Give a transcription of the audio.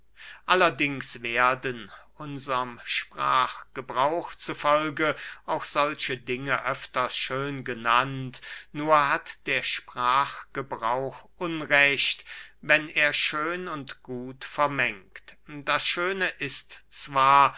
allerdings werden unserm sprachgebrauch zu folge auch solche dinge öfters schön genannt nur hat der sprachgebrauch unrecht wenn er schön und gut vermengt das schöne ist zwar